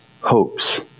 hopes